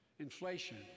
Inflation